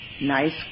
nice